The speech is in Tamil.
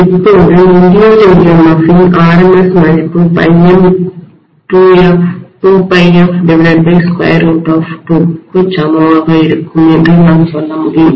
இப்போது இன்டியூஸ்டு தூண்டப்பட்ட EMF இன் RMS மதிப்பு ∅m 2πf2 க்கு சமமாக இருக்கும் என்று நான் சொல்ல முடியும்